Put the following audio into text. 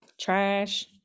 Trash